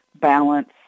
balance